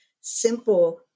simple